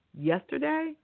yesterday